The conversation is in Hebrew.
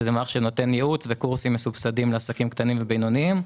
מערך שנותן ייעוץ וקורסים מסובסדים לעסקים קטנים ובינוניים.